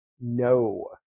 No